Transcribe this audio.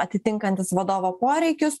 atitinkantis vadovo poreikius